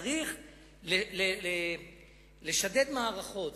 צריך לשדד מערכות,